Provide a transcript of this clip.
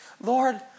Lord